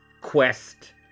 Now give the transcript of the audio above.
quest